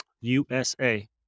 USA